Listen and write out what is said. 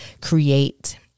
create